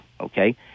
Okay